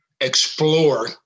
explore